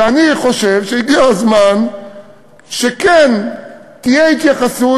ואני חושב שהגיע הזמן שכן תהיה התייחסות,